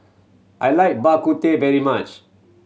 I like Bak Kut Teh very much